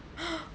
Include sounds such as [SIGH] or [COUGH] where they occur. [NOISE]